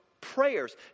prayers